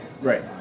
Right